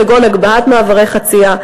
כגון הגבהת מעברי חציה,